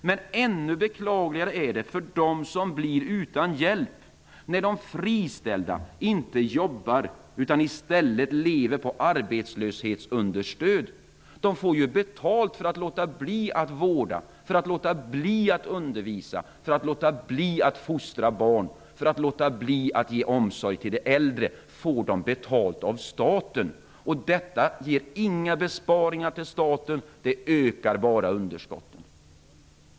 Men ännu beklagligare är det för dem som blir utan hjälp när de friställda inte jobbar utan lever på arbetslöshetsunderstöd. De får ju betalt för att låta bli att vårda, för att låta bli att undervisa, för att låta bli att fostra barn och för att låta bli att ge de äldre omsorg. För detta får de alltså betalt av staten. Detta innebär inte några besparingar för staten, utan det ökar bara underskotten.